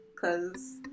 Cause